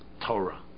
Torah